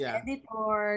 editor